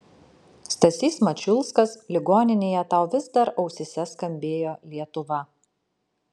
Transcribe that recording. stasys mačiulskas ligoninėje tau vis dar ausyse skambėjo lietuva